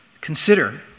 Consider